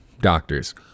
doctors